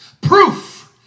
proof